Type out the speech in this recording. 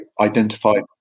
identified